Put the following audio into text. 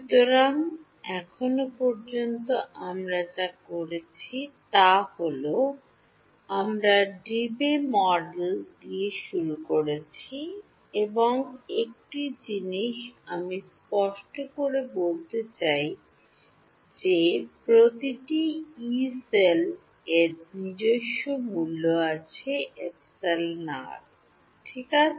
সুতরাং এখন পর্যন্ত আমরা যা করেছি তা হল আমরা দেবি মডেল দিয়ে শুরু করেছি এবং একটি জিনিস আমি স্পষ্ট করে বলতে চাই যে প্রতিটি ইয়ে সেল এর নিজস্ব মূল্য আছে εr ঠিক আছে